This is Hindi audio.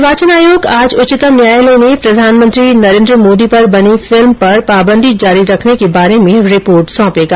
निर्वाचन आयोग आज उच्चतम न्यायालय में प्रधानमंत्री नरेंद्र मोदी पर बनी फिल्म पर पाबंदी जारी रखने के बारे में रिपोर्ट सौंपेगा